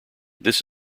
this